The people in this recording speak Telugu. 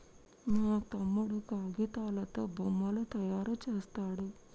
మా తమ్ముడు కాగితాలతో బొమ్మలు తయారు చేస్తాడు